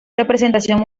representación